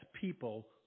people